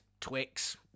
Twix